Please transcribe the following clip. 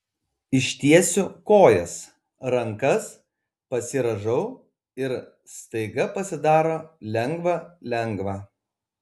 ištiesiu kojas rankas pasirąžau ir staiga pasidaro lengva lengva